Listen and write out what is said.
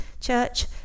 Church